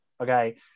Okay